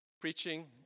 preaching